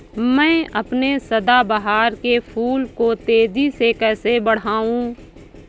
मैं अपने सदाबहार के फूल को तेजी से कैसे बढाऊं?